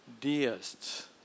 deists